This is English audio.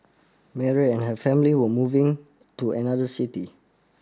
Mary and her family were moving to another city